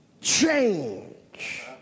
change